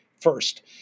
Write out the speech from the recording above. first